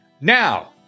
Now